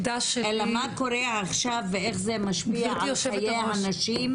אלא מה קורה עכשיו, ואיך זה משפיע על חיי הנשים